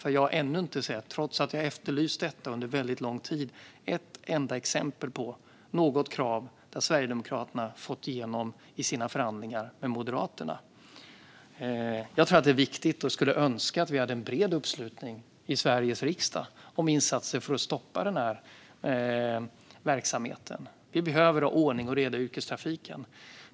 Trots att jag under väldigt lång tid har efterlyst det har jag ännu inte sett ett enda exempel på ett krav som Sverigedemokraterna har fått igenom i sina förhandlingar med Moderaterna. Jag tror att det är viktigt med och önskar att vi hade en bred uppslutning i Sveriges riksdag om insatser för att stoppa den här verksamheten. Vi behöver ha ordning och reda i yrkestrafiken.